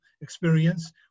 experience